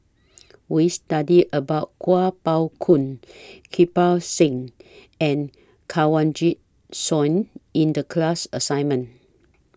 We studied about Kuo Pao Kun Kirpal Singh and Kanwaljit Soin in The class assignment